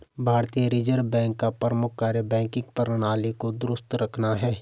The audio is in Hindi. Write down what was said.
भारतीय रिजर्व बैंक का प्रमुख कार्य बैंकिंग प्रणाली को दुरुस्त रखना है